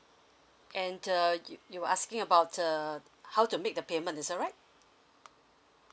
and uh you you asking about err how to make the payment is that right